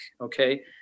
Okay